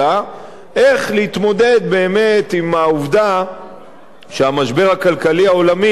איך להתמודד באמת עם העובדה שהמשבר הכלכלי העולמי הגיע